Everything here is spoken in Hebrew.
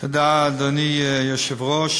תודה, אדוני היושב-ראש.